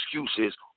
excuses